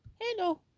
Hello